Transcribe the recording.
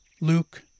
Luke